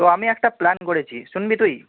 তো আমি একটা প্ল্যান করেছি শুনবি তুই